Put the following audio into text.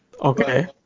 Okay